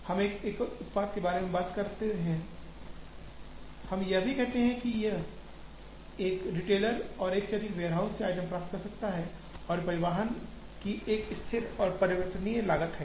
हम एक एकल उत्पाद की बात कर रहे हैं हम यह भी कहते हैं कि एक रिटेलर एक से अधिक वेयरहाउस से आइटम प्राप्त कर सकता है और परिवहन की एक स्थिर और परिवर्तनीय लागत है